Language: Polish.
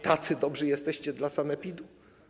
Tacy dobrzy jesteście dla sanepidu?